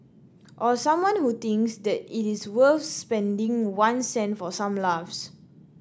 or someone who thinks that it is worth spending one cent for some laughs